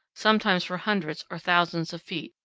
sometimes for hundreds or thousands of feet,